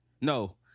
No